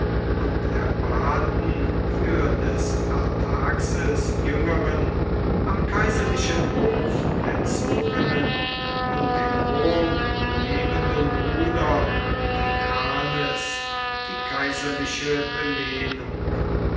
und erbaten für des artaxes jüngeren am kaiserlichen hof erzogenen und in rom lebenden bruder tigranes die kaiserliche belehnung